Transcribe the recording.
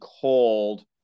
cold